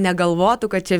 negalvotų kad čia